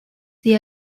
they